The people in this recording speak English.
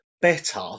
better